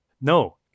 no